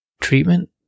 Treatment